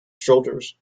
shoulders